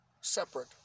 separate